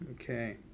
okay